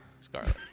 Scarlet